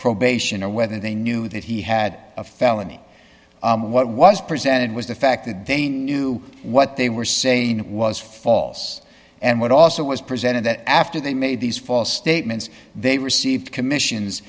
probation or whether they knew that he had a felony what was presented was the fact that they knew what they were saying was false and what also was presented that after they made these false statements they receive commissions